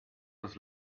das